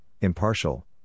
impartial